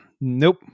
Nope